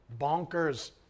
Bonkers